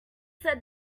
said